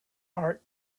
heart